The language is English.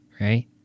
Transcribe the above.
right